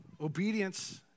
obedience